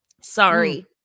Sorry